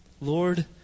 Lord